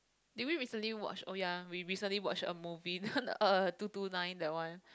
did we recently watch oh ya we recently watched a movie uh two two nine that one